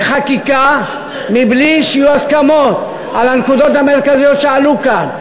חקיקה מבלי שיהיו הסכמות על הנקודות המרכזיות שעלו כאן.